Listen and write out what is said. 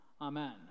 Amen